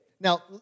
Now